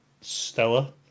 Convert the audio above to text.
Stella